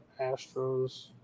Astros